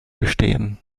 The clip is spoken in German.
bestehen